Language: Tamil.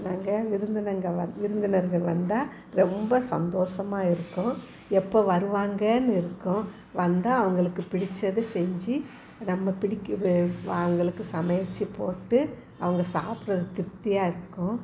நாங்கள் விருந்தினங்கள் வந் விருந்தினர்கள் வந்தால் ரொம்ப சந்தோஷமா இருக்கும் எப்போ வருவாங்கன்னு இருக்கும் வந்தால் அவர்களுக்கு பிடித்தத செஞ்சு நம்ம பிடிக்க அவர்களுக்கு சமைத்து போட்டு அவங்க சாப்பிட்றது திருப்தியாக இருக்கும்